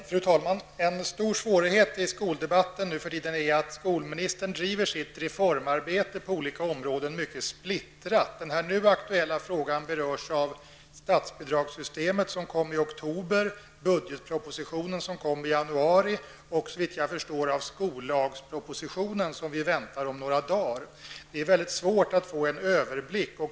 Fru talman! En stor svårighet i skoldebatten nu för tiden är att skolministern driver sitt reformarbete på olika områden mycket splittrat. Den nu aktuella frågan berörs av statsbidragssystemet, som infördes i oktober, budgetpropositionen som lades fram i januari och troligen av skollagspropositionen som vi väntar om några dagar. Det är mycket svårt att få en överblick.